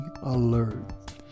alert